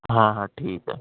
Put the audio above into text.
ہاں ہاں ٹھیک ہے